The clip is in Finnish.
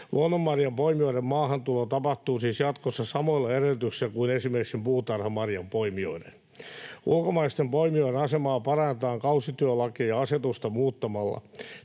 Luonnonmarjanpoimijoiden maahantulo tapahtuu siis jatkossa samoilla edellytyksillä kuin esimerkiksi puutarhamarjanpoimijoiden. Ulkomaisten poimijoiden asemaa parannetaan kausityölakia ja ‑asetusta muuttamalla.